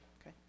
Okay